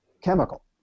chemical